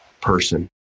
person